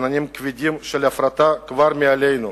עננים כבדים של הפרטה כבר מעלינו.